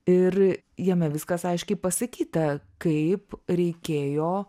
ir jame viskas aiškiai pasakyta kaip reikėjo